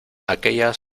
aquellas